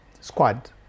squad